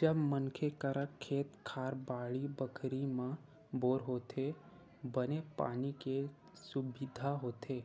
जब मनखे करा खेत खार, बाड़ी बखरी म बोर होथे, बने पानी के सुबिधा होथे